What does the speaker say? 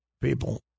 people